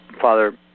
Father